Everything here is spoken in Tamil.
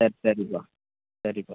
சரி சரிப்பா சரிப்பா